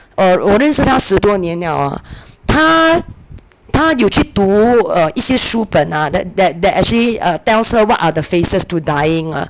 我认识她十多年了 ah 她她有去读一些书本 ah that that that actually tells her what are the phases to dying lah